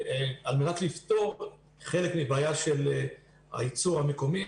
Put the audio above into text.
על מנת לפתור חלק מהבעיה של הייצור המקומי,